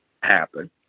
happen